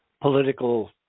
political